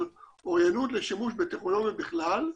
אבל אוריינות לשימוש בטכנולוגיות בכלל,